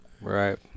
Right